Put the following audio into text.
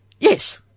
Yes